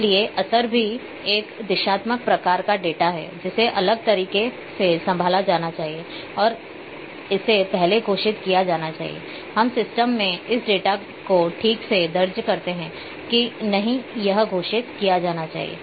इसलिए असर भी एक दिशात्मक प्रकार का डेटा है जिसे अलग तरीके से संभाला जाना चाहिए और इसे पहले घोषित किया जाना चाहिए हम सिस्टम में इस डाटा को ठीक से दर्ज करते हैं के नहीं यह घोषित किया जाना चाहिए